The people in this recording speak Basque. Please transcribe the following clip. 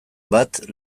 bat